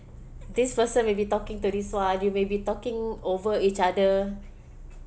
this person maybe talking to this [one] you maybe talking over each other